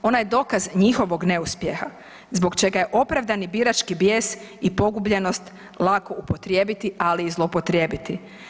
Ona je dokaz njihovog neuspjeha zbog čega je opravdani birački bijes i pogubljenost lako upotrijebiti ali i zloupotrijebiti.